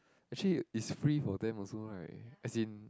actually it's free for them also right as in